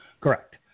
Correct